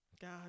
God